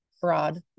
broad